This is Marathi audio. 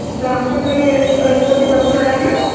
तर आमच्याकडे गणपती बसणार आहे